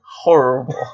horrible